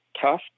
tough